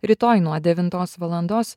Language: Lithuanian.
rytoj nuo devintos valandos